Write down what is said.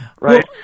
right